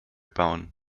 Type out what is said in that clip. bauen